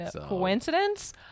Coincidence